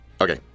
Okay